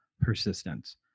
persistence